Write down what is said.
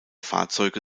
fahrzeuge